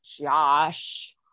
Josh